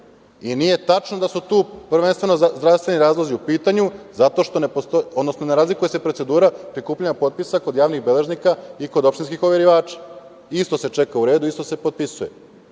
nije tačno da su tu prvenstveno zdravstveni razlozi u pitanju, odnosno ne razlikuje se procedura prikupljanja potpisa kod javnih beležnika i kod opštinskih overivača. Isto se čeka u redu, isto se potpisuje.